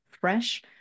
fresh